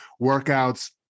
workouts